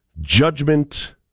judgment